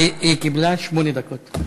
היא קיבלה שמונה דקות.